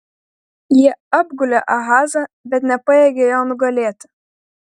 jie apgulė ahazą bet nepajėgė jo nugalėti